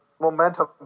momentum